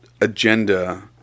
agenda